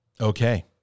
okay